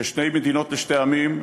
ששתי מדינות לשני עמים,